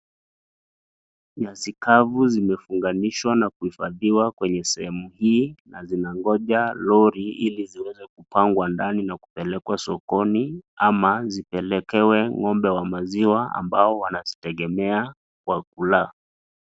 Nyasi kavu zimefunganishwa na kuhifadhiwa kwenye sehemu hii na zinangoja lori ili ziweze kupangwa ndani na kupelekwa sokoni ama zipelekewe ng'ombe wa maziwa ambao wanazitegemea kwa kula.